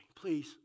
Please